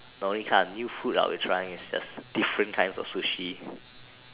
the only kind of new food I would try is just different kinds of sushi